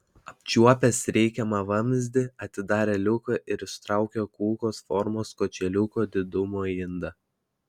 apčiuopęs reikiamą vamzdį atidarė liuką ir ištraukė kulkos formos kočėliuko didumo indą